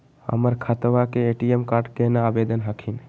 हमर खतवा के ए.टी.एम कार्ड केना आवेदन हखिन?